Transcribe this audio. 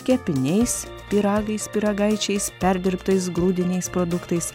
kepiniais pyragais pyragaičiais perdirbtais grūdiniais produktais